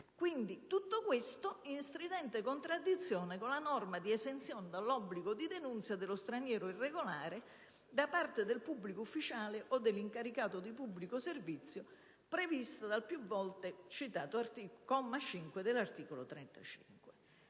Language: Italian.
Tutto ciò in stridente contraddizione con la norma di esenzione dall'obbligo di denunzia dello straniero irregolare da parte del pubblico ufficiale o dell'incaricato di pubblico servizio previsto dal più volte citato comma 5 dell'articolo 35.